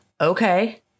Okay